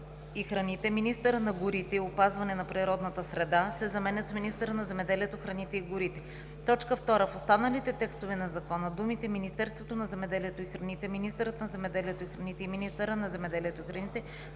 „министъра на горите и опазване на природната среда“ се заменят с „министъра на земеделието, храните и горите“. 2. В останалите текстове на закона думите „Министерството на земеделието и храните“, „министърът на земеделието и храните“ и „министъра на земеделието и храните“